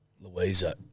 Louisa